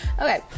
Okay